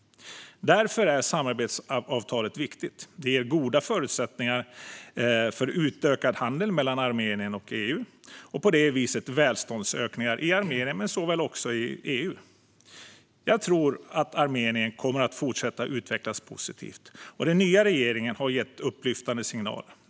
Därför är samarbetsavtalet viktigt. Det ger goda förutsättningar för utökad handel mellan Armenien och EU och på det viset välståndsökningar i Armenien liksom i EU. Jag tror att Armenien kommer att fortsätta utvecklas positivt. Den nya regeringen har gett upplyftande signaler.